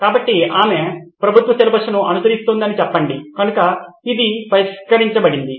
కాబట్టి ఆమె ప్రభుత్వ సిలబస్ను అనుసరిస్తోందని చెప్పండి కనుక ఇది పరిష్కరించబడింది